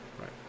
Right